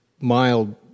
mild